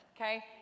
okay